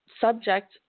subject